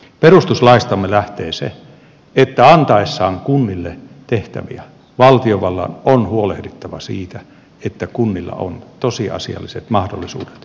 perustuslaistamme lähtee se että antaessaan kunnille tehtäviä valtiovallan on huolehdittava siitä että kunnilla on tosiasialliset mahdollisuudet suoriutua näistä tehtävistä